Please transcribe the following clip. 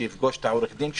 שיפגוש את עורך הדין שלו,